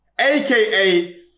aka